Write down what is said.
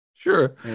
Sure